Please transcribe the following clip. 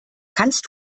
kannst